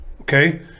okay